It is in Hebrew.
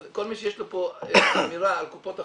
אז כל מי שיש לו פה אמירה על קופות החולים,